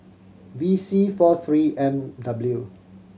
V C four Three M W